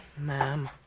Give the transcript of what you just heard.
ma'am